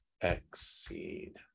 exceed